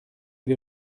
wir